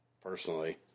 personally